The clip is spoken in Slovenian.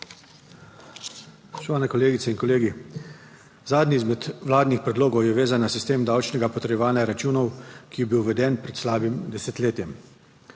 Spoštovane kolegice in kolegi! Zadnji izmed vladnih predlogov je vezan na sistem davčnega potrjevanja računov, ki je bil uveden pred slabim desetletjem.